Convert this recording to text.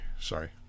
sorry